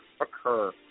occur